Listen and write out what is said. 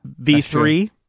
V3